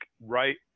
right